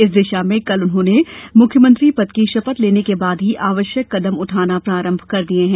इस दिशा में कल उन्होंने मुख्यमंत्री पद की शपथ लेने के बाद ही आवश्यक कदम उठाना प्रारंभ कर दिए हैं